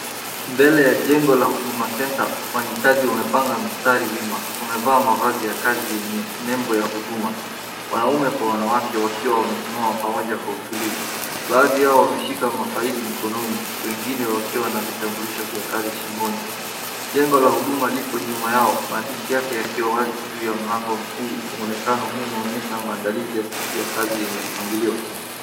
Mbele ya jengo la Huduma Centre, wafanyikazi wamepanga mstari wima. Wamevaa mavazi ya kazi yenye nembo ya huduma, wanawake kwa wanaume wakiwa wamesimama kwa utulivu. Baadhi yao wameshika mafaili mikononi wengine wakiwa na vitambulisho vya kazi shingoni. Jengo la Huduma lipo nyuma yao maandishi yake yakiwa wazi juu ya mlango mkuu, mwanekano huu unaonyesha maandalizi ya siku ya kazi yenye mpangilio.